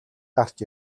гарч